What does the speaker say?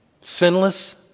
Sinless